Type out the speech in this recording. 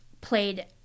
played